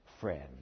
friend